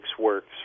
works